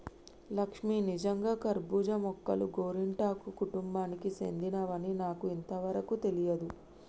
లక్ష్మీ నిజంగా కర్బూజా మొక్కలు గోరింటాకు కుటుంబానికి సెందినవని నాకు ఇంతవరకు తెలియదు